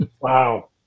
Wow